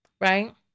Right